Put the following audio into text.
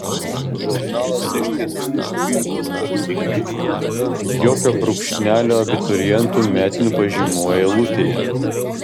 žurnalas iš tiesų užpildytas tvarkingai jokio brūkšnelio abiturientų metinių pažymių eilutėje